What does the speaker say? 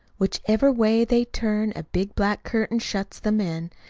whichever way they turn a big black curtain shuts them in.